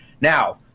Now